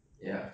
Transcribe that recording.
ya